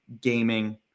gaming